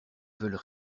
veulent